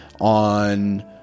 on